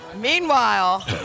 Meanwhile